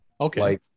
Okay